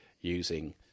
using